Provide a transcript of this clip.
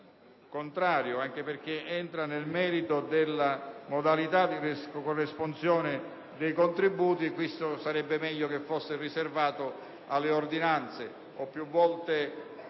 3.321, anche perché entra nel merito della modalità di corresponsione dei contributi e questo sarebbe meglio fosse riservato alle ordinanze. Ho più volte